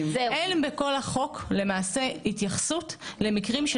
למעשה אין בכל החוק התייחסות למקרים של